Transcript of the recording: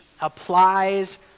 applies